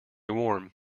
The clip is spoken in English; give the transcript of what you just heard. warm